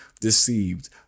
deceived